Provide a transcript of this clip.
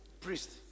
Priest